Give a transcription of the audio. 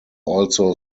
also